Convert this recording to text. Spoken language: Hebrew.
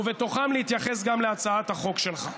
ובתוכו להתייחס גם להצעת החוק שלך.